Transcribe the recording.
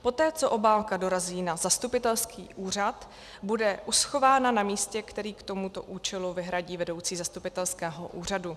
Poté co obálka dorazí na zastupitelský úřad, bude uschována na místě, které k tomuto účelu vyhradí vedoucí zastupitelského úřadu.